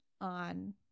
on